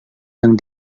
yang